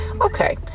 okay